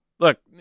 Look